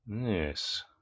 Yes